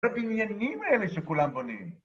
הבניינים האלה שכולם בונים.